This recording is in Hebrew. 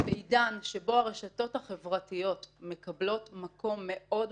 בעידן שבו הרשתות החברתיות מקבלות מקום מאוד משמעותי,